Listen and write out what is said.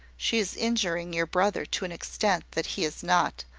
she is injuring your brother to an extent that he is not,